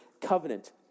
covenant